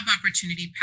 opportunity